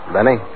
Benny